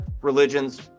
religions